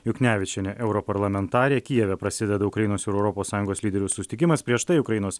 juknevičienė europarlamentarė kijeve prasideda ukrainos ir europos sąjungos lyderių susitikimas prieš tai ukrainos